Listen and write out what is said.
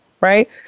Right